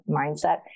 mindset